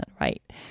right